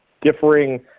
differing